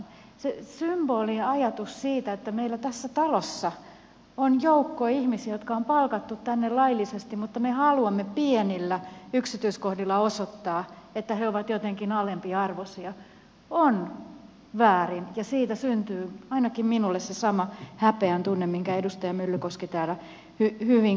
se symboli ja ajatus siitä että meillä tässä talossa on joukko ihmisiä jotka on palkattu tänne laillisesti mutta me haluamme pienillä yksityiskohdilla osoittaa että he ovat jotenkin alempiarvoisia on väärin ja siitä syntyy ainakin minulle se sama häpeän tunne minkä edustaja myllykoski täällä hyvin kuvasi